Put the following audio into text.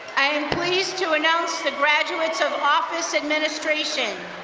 i am pleased to announce the graduates of office administration.